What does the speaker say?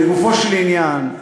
לגופו של עניין,